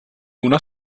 una